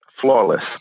flawless